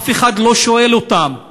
אף אחד לא שואל אותם,